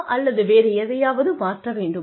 அல்லது வேறு எதையாவது மாற்ற வேண்டுமா